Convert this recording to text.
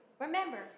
remember